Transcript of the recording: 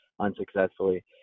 unsuccessfully